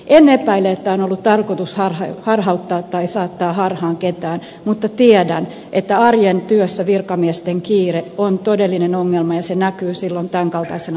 en epäile että on ollut tarkoitus harhauttaa tai saattaa harhaan ketään mutta tiedän että arjen työssä virkamiesten kiire on todellinen ongelma ja se näkyy silloin tämän kaltaisena kirjoittamisena